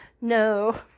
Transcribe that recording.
no